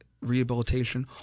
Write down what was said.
rehabilitation